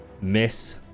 miss